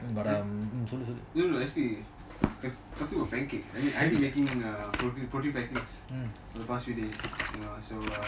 but um I've been making protein pancakes for the past few days so err